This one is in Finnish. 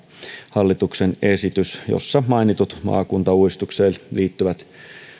hallituksen esitys jossa mainitut maakuntauudistukseen liittyvät